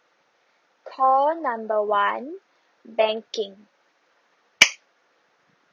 call number one banking